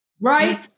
Right